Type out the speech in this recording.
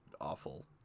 awful